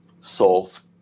souls